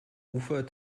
ufer